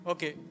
Okay